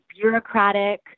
bureaucratic